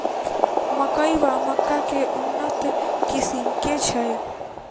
मकई वा मक्का केँ उन्नत किसिम केँ छैय?